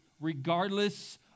Regardless